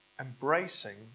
embracing